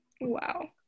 Wow